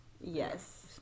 Yes